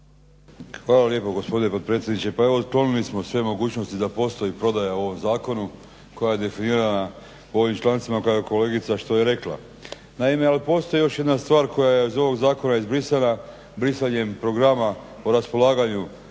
Hvala lijepa gospodine potpredsjedniče. Pa evo otklonili smo sve mogućnosti da postoji prodaja u ovom zakonu koja je definirana ovim člancima koje je kolegica što je rekla. Naime, ali postoji još jedna stvar koja je iz ovog zakona izbrisana, brisanjem programa o raspolaganju